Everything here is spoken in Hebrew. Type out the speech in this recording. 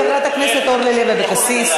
חברת הכנסת אורלי לוי אבקסיס,